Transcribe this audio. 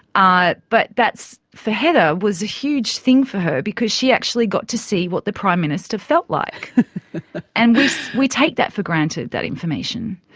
ah but but that's, for heather was a huge thing for her because she actually got to see what the prime minister felt like and we take that for granted, that information.